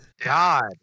God